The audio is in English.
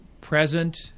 present